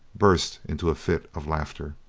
burst into a fit of laughter.